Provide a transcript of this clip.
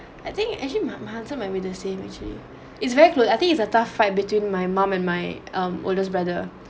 I think actually my my answer might be the same actually is very close I think it's a tough fight between my mum and my um oldest brother